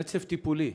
רצף טיפולי.